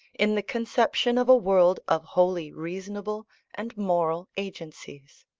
in the conception of a world of wholly reasonable and moral agencies.